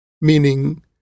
meaning